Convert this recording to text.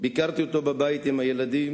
ביקרתי אותו בבית עם הילדים.